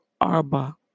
Arba